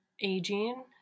aging